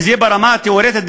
וזה ברמה התיאורטית,